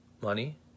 money